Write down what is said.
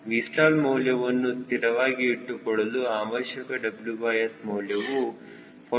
Vstall ಮೌಲ್ಯವನ್ನು ಸ್ಥಿರವಾಗಿ ಇಟ್ಟುಕೊಳ್ಳಲು ಅವಶ್ಯಕ WS ಮೌಲ್ಯವು 49